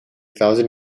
thousand